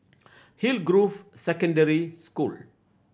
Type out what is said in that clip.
Hillgrove Secondary School